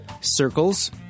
circles